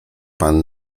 pan